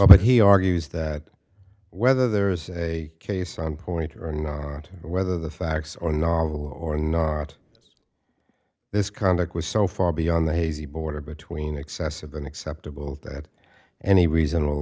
he argues that whether there is a case on point or not whether the facts or novel or not this conduct was so far beyond the hazy border between excessive than acceptable that any reasonable